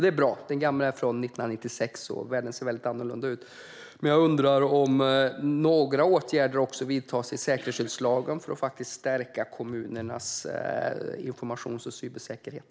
Det är bra - den gamla är från 1996, och världen ser väldigt annorlunda ut i dag - men jag undrar om några åtgärder också vidtas i säkerhetsskyddslagen för att faktiskt stärka kommunernas informations och cybersäkerhet.